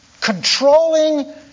controlling